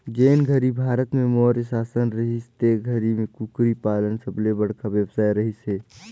जेन घरी भारत में मौर्य सासन रहिस ते घरी में कुकरी पालन सबले बड़खा बेवसाय रहिस हे